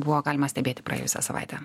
buvo galima stebėti praėjusią savaitę